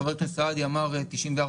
חבר הכנסת סעדי אמר 94%,